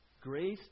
Grace